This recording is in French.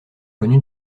connu